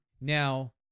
Now